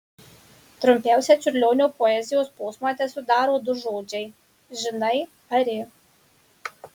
trumpiausią čiurlionio poezijos posmą tesudaro du žodžiai žinai ari